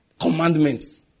commandments